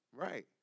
Right